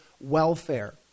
welfare